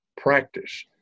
practice